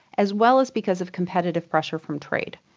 as well as because of competitive pressure from trade.